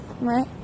right